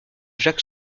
jack